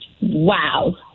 wow